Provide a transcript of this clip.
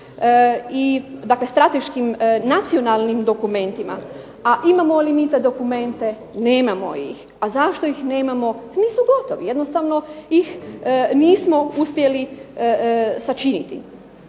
strateškim nacionalnim dokumentima. A imamo li mi te dokumente? Nemamo ih. A zašto ih nemamo? Nisu gotovi jednostavno ih nismo uspjeli izraditi.